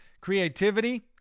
Creativity